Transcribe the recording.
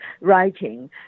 writing